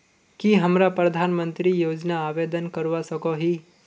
की हमरा प्रधानमंत्री योजना आवेदन करवा सकोही?